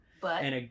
But-